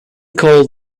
called